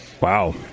Wow